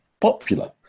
popular